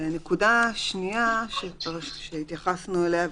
נקודה שנייה שהתייחסנו אליה.